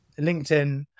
LinkedIn